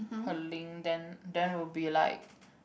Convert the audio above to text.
her link then then will be like